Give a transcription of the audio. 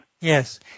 Yes